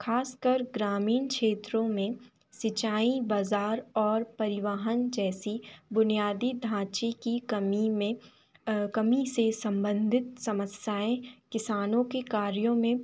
ख़ासकर ग्रामीन छेत्रों में सिंचाईं बाज़ार और परिवहन जैसी बुनियादी ढांचे की कमी में कमी से सम्बंधित सम्साएं किसानों के कार्यों में